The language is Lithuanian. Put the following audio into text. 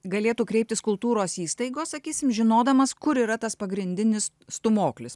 galėtų kreiptis kultūros įstaigos sakysim žinodamas kur yra tas pagrindinis stūmoklis